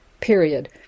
period